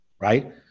right